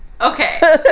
Okay